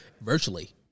virtually